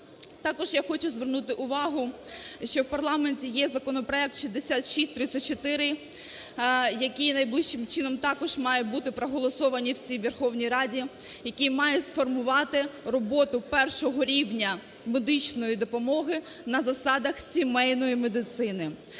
Також я хочу звернути увагу, що в парламенті є законопроект 6634, який найближчим чином також має бути проголосований в цій Верховній Раді, який має сформувати роботу першого рівня медичної допомоги на засадах сімейної медицини.